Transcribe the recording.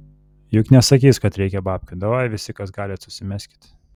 juk nesakys kad reikia babkių davai visi kas galit susimeskit